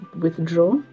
withdraw